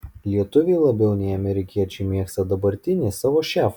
lietuviai labiau nei amerikiečiai mėgsta dabartinį savo šefą